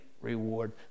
reward